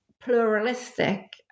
pluralistic